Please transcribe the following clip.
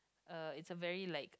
uh it's a very like